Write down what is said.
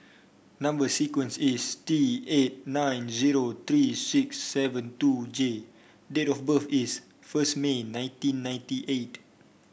number sequence is T eight nine zero three six seven two J date of birth is first May nineteen ninety eight